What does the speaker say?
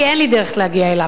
כי אין לי דרך להגיע אליו,